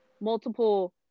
multiple